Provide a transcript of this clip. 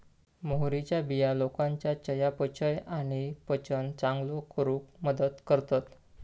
मोहरीच्या बिया लोकांच्या चयापचय आणि पचन चांगलो करूक मदत करतत